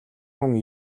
хүн